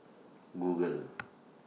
Google